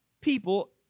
people